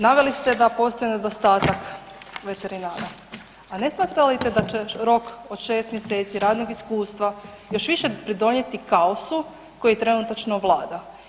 Naveli ste da postoji nedostatak veterinara, a ne smatrate li da će rok od 6 mjeseci radnog iskustva još više pridonijeti kaosu koji trenutačno vlada?